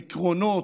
עקרונות,